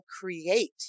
create